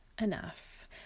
enough